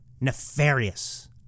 nefarious